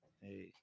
Hey